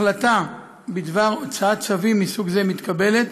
החלטה בדבר הוצאת צווים מסוג זה מתקבלת